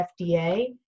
FDA